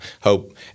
hope